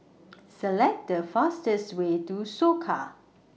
Select The fastest Way to Soka